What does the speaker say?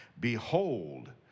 Behold